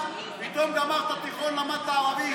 בערבית: